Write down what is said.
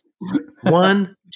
One